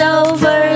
over